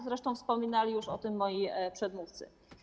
Zresztą wspominali już o tym moi przedmówcy.